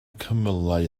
cymylau